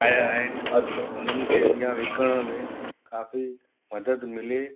ठाहिया आहिनि उन्हनि खे अॻियां विकिणण में काफ़ी मदद मिले